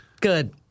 good